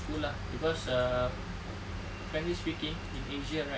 school lah cause err frankly speaking in asia right